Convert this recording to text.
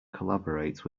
collaborate